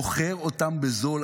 מוכר אותם בזול,